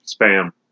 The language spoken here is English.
spam